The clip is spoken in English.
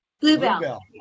Bluebell